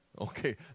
Okay